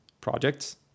projects